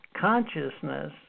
consciousness